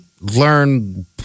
learn